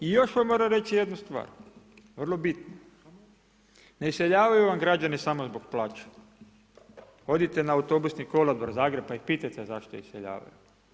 I još vam moram reći jednu stvar, vrlo bitno, ne iseljavaju vam građani samo zbog plaće, odite na autobusni kolodvor Zagreb pa ih pitajte zašto iseljavaju?